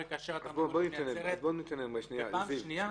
כאשר התרנגולת מייצרת --- ניתן להם שנייה.